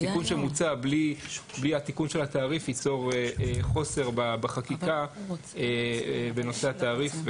תיקון שמוצע ללא התיקון של התעריף יצור חוסר בחקיקה בנושא התעריף.